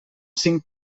cinc